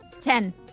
Ten